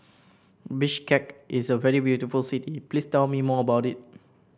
Bishkek is a very beautiful city please tell me more about it